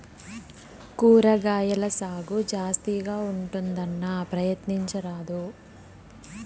కూరగాయల సాగు జాస్తిగా ఉంటుందన్నా, ప్రయత్నించరాదూ